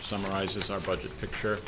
summarizes our budget picture